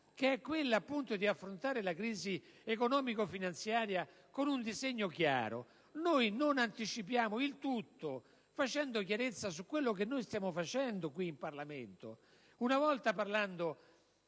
che è quella di affrontare la crisi economica e finanziaria con un disegno chiaro, non agiamo in anticipo, facendo chiarezza su quello che stiamo facendo qui in Parlamento, una volta parlando